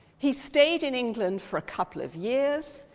he stayed in england for a couple of years.